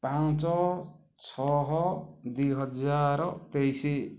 ପାଞ୍ଚ ଛଅ ଦୁଇ ହଜାର ତେଇଶି